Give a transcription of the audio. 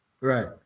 Right